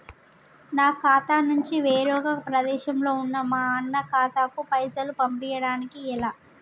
నా ఖాతా నుంచి వేరొక ప్రదేశంలో ఉన్న మా అన్న ఖాతాకు పైసలు పంపడానికి ఎలా?